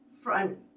front